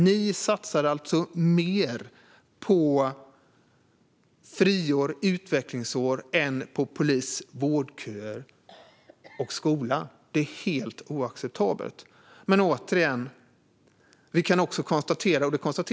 Ni satsar alltså mer på friår, utvecklingsår, än på polis, vårdköer och skola. Det är helt oacceptabelt.